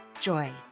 joy